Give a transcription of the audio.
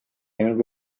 läinud